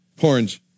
horns